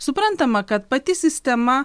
suprantama kad pati sistema